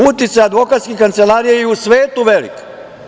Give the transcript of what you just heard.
Uticaj advokatskih kancelarija je u svetu veliki.